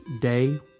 Day